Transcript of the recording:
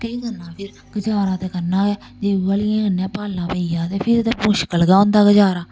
केह् करना फिर गजारा ते करना गै जे उ'ऐ लेइयै कन्नै पाला पेई जा ते फिर ते मुश्कल गै होंदा गजारा